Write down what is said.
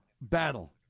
battle